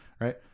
Right